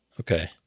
Okay